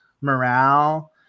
morale